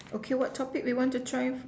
oh what topic you want to try